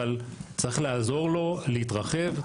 אבל צריך לעזור לו להתרחב,